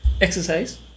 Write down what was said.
Exercise